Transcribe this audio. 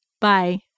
Bye